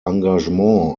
engagement